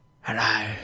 Hello